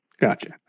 gotcha